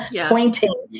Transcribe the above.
pointing